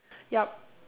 yup